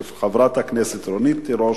של חברת הכנסת רונית תירוש,